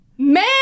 man